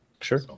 Sure